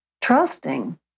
trusting